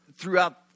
throughout